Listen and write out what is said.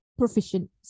Proficient